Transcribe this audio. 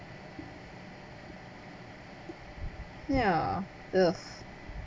yeah ugh